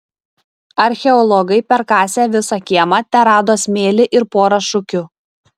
archeologai perkasę visą kiemą terado smėlį ir porą šukių